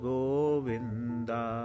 Govinda